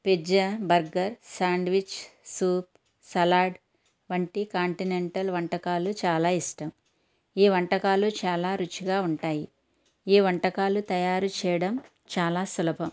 pizza burger sandwich soup salad వంటి continental వంటకాలు చాలా ఇష్టం ఈ వంటకాలు చాలా రుచిగా ఉంటాయి ఈ వంటకాలు తయారు చేయడం చాలా సులభం